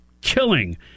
killing